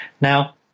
Now